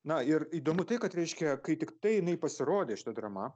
na ir įdomu tai kad reiškia kai tiktai jinai pasirodė šita drama